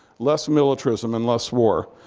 less militarism, and less war.